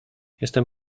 jestem